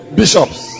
bishops